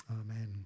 amen